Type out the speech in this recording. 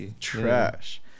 trash